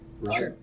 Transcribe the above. right